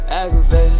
aggravated